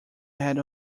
had